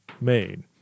made